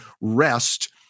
rest